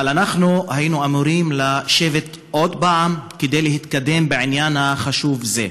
אבל אנחנו היינו אמורים לשבת עוד פעם כדי להתקדם בעניין חשוב זה.